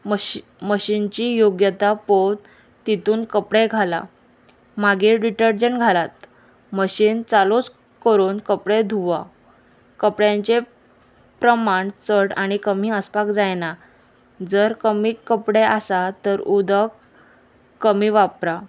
मशी मशीनची योग्यता पोवत तितून कपडे घाला मागीर डिटर्जंट घालात मशीन चालूच करून कपडे धुवा कपड्यांचे प्रमाण चड आनी कमी आसपाक जायना जर कमी कपडे आसा तर उदक कमी वापरा